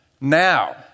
Now